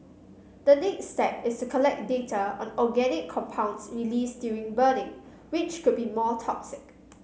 the next step is collect data on organic compounds released during burning which could be more toxic